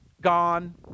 gone